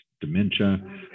dementia